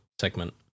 segment